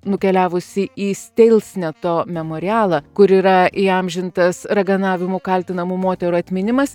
nukeliavusi į steilsneto memorialą kur yra įamžintas raganavimu kaltinamų moterų atminimas